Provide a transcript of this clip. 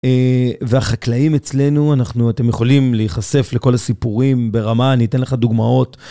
והחקלאים אצלנו, אנחנו, אתם יכולים להיחשף לכל הסיפורים ברמה, אני אתן לך דוגמאות.